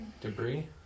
Debris